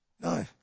No